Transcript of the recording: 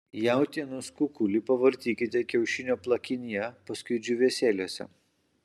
jautienos kukulį pavartykite kiaušinio plakinyje paskui džiūvėsėliuose